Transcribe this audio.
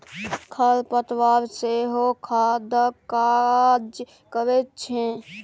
खर पतवार सेहो खादक काज करैत छै